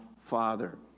Father